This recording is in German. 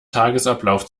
tagesablauf